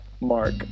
Mark